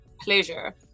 pleasure